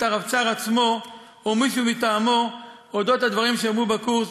הרבצ"ר עצמו או מישהו מטעמו על הדברים שנאמרו בקורס,